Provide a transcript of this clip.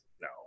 no